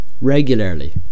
regularly